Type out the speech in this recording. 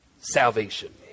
salvation